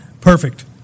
perfect